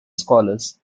scholars